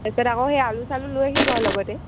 তাৰপিছত আকৌ সেই আলু চালু লৈ আহিব আৰু লগতে